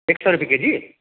एक सय रुपियाँ केजी